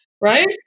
right